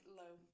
low